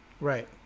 Right